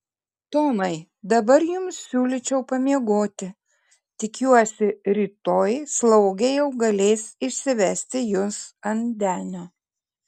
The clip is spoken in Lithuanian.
tomai dabar jums siūlyčiau pamiegoti tikiuosi rytoj slaugė jau galės išsivesti jus ant denio